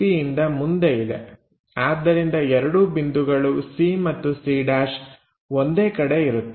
Pಯಿಂದ ಮುಂದೆ ಇದೆ ಆದ್ದರಿಂದ ಎರಡು ಬಿಂದುಗಳು c ಮತ್ತು c' ಒಂದೇ ಕಡೆ ಇರುತ್ತವೆ